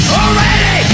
already